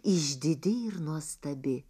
išdidi ir nuostabi